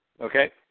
Okay